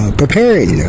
preparing